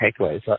takeaways